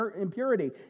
impurity